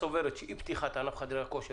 הוועדה סבורה שאי פתיחת ענף חדרי הכושר